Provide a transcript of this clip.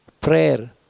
prayer